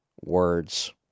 words